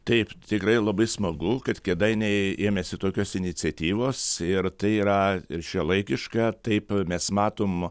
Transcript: taip tikrai labai smagu kad kėdainiai ėmėsi tokios iniciatyvos ir tai yra ir šiuolaikiška taip mes matom